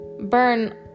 burn